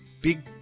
big